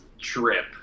trip